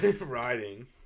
Riding